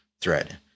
thread